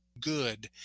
good